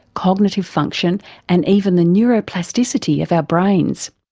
cognitive function and even the neuroplasticity of our brains.